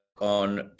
on